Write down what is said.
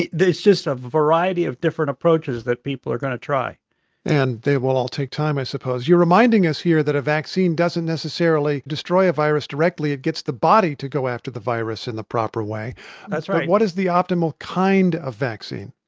there's just a variety of different approaches that people are going to try and they will all take time, i suppose. you're reminding us here that a vaccine doesn't necessarily destroy a virus directly. it gets the body to go after the virus in the proper way that's right what is the optimal kind of vaccine?